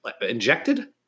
injected